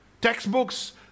textbooks